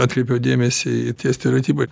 atkreipiau dėmesį į tie stereotipai